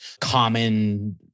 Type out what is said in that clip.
common